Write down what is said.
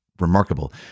remarkable